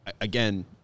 Again